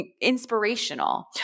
inspirational